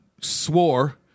swore